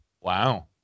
Wow